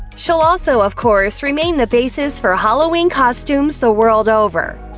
she'll also, of course, remain the basis for halloween costumes the world over.